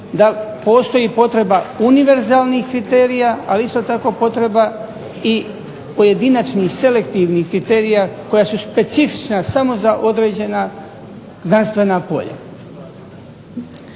postoji potreba univerzalnih kriterija, ali isto tako potreba i pojedinačnih, selektivnih kriterija koja su specifična samo za određena znanstvena polja